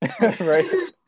right